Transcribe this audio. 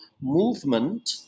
movement